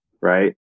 Right